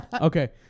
Okay